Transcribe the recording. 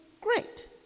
great